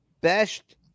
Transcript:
best